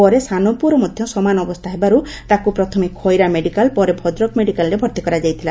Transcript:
ପରେ ସାନପୁଅର ମଧ୍ଧ ସମାନ ଅବସ୍କା ହେବାରୁ ତାକୁ ପ୍ରଥମେ ଖଇରା ମେଡ଼ିକାଲ ପରେ ଭଦ୍ରକ ମେଡ଼ିକାଲରେ ଭଭି କରାଯାଇଥିଲା